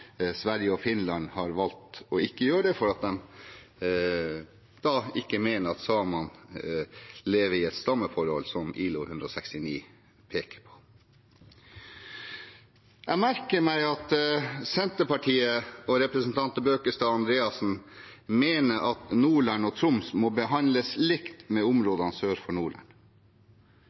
Finland har valgt å ikke gjøre det fordi de ikke mener at samene lever i et stammeforhold, slik som ILO-konvensjon nr. 169 peker på. Jeg merker meg at Senterpartiet og representanten Bøkestad Andreassen mener at Nordland og Troms må behandles likt med områdene sør for Nordland.